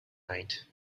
night